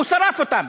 והוא שרף אותה.